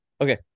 Okay